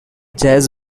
jazz